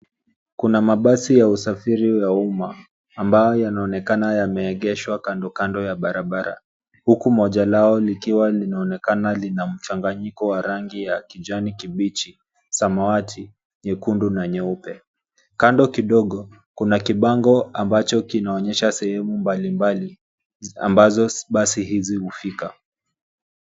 Kuna mabasi ya usafiri ya umma ambayo yanaonekana yameegeshwa kando kando ya barabara huku moja lao likiwa linaonekana lina mchanganyiko wa rangi ya kijani kibichi, samawati, nyekundu na nyeupe. Kando kidogo kuna kibango ambacho kinaonyesha sehemu mbalimbali ambazo basi hizi hufika.